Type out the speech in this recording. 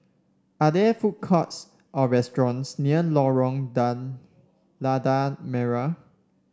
are there food courts or restaurants near Lorong Lada Merah